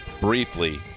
briefly